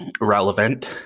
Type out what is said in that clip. relevant